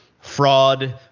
fraud